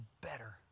better